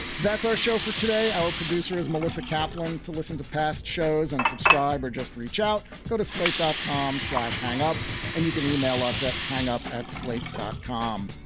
that's our show for today. our producer is melissa kaplan. to listen to past shows and subscribe or just reach out so to state dot com slash hang up. and you can e-mail us at hang-up at slate dot com.